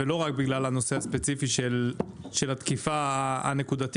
ולא רק בגלל הנושא הספציפי של התקיפה הנקודתית,